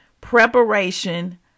Preparation